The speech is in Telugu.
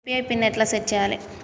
యూ.పీ.ఐ పిన్ ఎట్లా సెట్ చేయాలే?